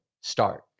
start